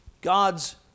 God's